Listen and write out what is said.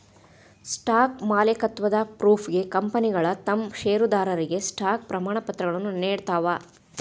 stock ಮಾಲೇಕತ್ವದ ಪ್ರೂಫ್ಗೆ ಕಂಪನಿಗಳ ತಮ್ ಷೇರದಾರರಿಗೆ ಸ್ಟಾಕ್ ಪ್ರಮಾಣಪತ್ರಗಳನ್ನ ನೇಡ್ತಾವ